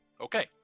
Okay